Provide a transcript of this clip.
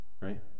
right